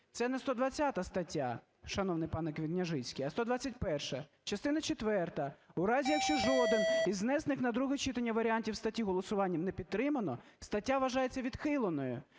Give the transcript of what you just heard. це не 120 стаття, шановний пане Княжицький, а 121-а частина четверта: "У разі якщо жоден із внесених на друге читання варіантів статті голосуванням не підтримано, стаття вважається відхиленою".